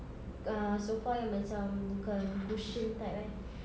uh sofa yang macam bukan cushion type eh